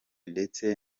ndetse